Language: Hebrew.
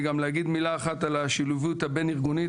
גם להגיד מילה אחת על השילוביות הבין-ארגונית.